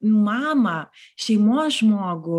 mamą šeimos žmogų